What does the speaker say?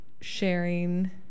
sharing